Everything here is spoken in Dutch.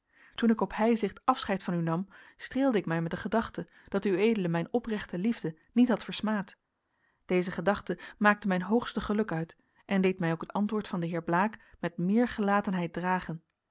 toen ik op heizicht afscheid van u nam streelde ik mij met de gedachte dat ued mijn oprechte liefde niet hadt versmaad deze gedachte maakte mijn hoogste geluk uit en deed mij ook het antwoord van den heer blaek met meer gelatenheid dragen